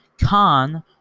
Khan